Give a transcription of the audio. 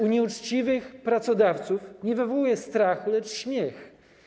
U nieuczciwych pracodawców nie wywołuje strachu, lecz śmiech.